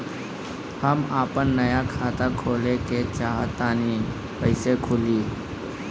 हम आपन नया खाता खोले के चाह तानि कइसे खुलि?